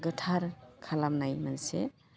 गोथार खालामनाय मोनसे